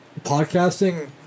Podcasting